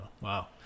wow